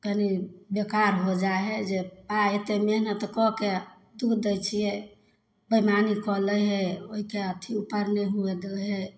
कनी बेकार हो जाइ हइ जे आइ एत्ते मेहनत कऽ कए दूध दै छियै बैमानी कऽ लै हइ ओहिके अथी पर नहि हुअ दै हइ